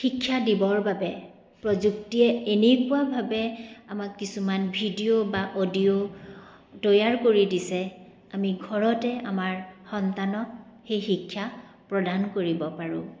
শিক্ষা দিবৰ বাবে প্ৰযুক্তিয়ে এনেকুৱাভাৱে আমাক কিছুমান ভিডিঅ' বা অডিঅ' তৈয়াৰ কৰি দিছে আমি ঘৰতে আমাৰ সন্তানক সেই শিক্ষা প্ৰদান কৰিব পাৰোঁ